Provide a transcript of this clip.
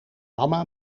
mama